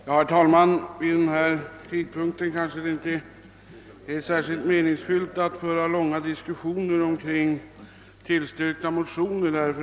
Herr talman! Vid denna sena tidpunkt är det väl inte särskilt meningsfyllt att föra långa diskussioner om tillstyrkta motioner.